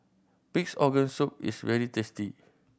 Pig's Organ Soup is very tasty